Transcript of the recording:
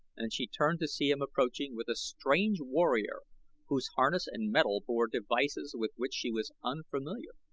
and she turned to see him approaching with a strange warrior whose harness and metal bore devices with which she was unfamiliar.